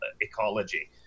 ecology